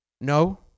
no